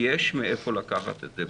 יש מאיפה לקחת את זה.